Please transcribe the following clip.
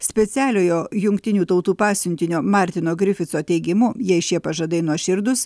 specialiojo jungtinių tautų pasiuntinio martino grifito teigimu jei šie pažadai nuoširdūs